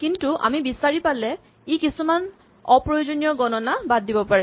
কিন্তু আমি বিচাৰি পালে ই কিছুমান অপ্ৰয়োজনীয় গণনা বাদ দিব পাৰে